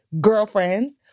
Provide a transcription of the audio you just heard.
girlfriends